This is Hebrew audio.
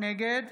נגד